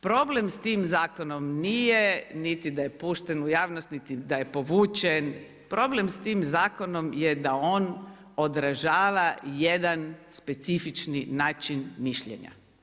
Problem s tim zakonom nije niti da je pušten u javnost, niti da je povučen, problem s tim zakonom je da on odražava jedan specifični način mišljenja.